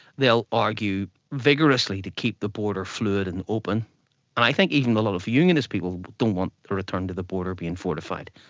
they will argue vigorously to keep the border fluid and open. and i think even a lot of unionist people don't want a return to the border of being fortified.